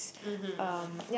mmhmm mmhmm